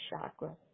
chakra